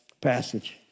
passage